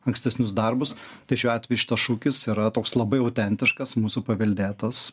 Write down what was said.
ankstesnius darbus tai šiuo atveju šitas šūkis yra toks labai autentiškas mūsų paveldėtas